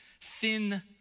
thin